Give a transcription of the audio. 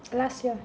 last year